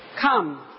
Come